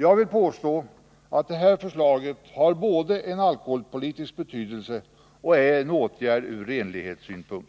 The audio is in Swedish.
Jag vill påstå att det här förslaget dels har en alkoholpolitisk betydelse, dels innebär en åtgärd ur renlighetssynpunkt.